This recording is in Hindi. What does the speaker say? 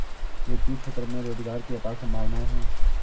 वित्तीय क्षेत्र में रोजगार की अपार संभावनाएं हैं